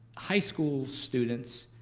high school students,